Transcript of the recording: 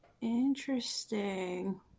Interesting